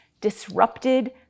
disrupted